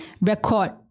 record